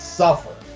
suffer